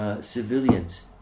civilians